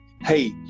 Hey